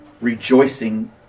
rejoicing